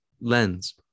lens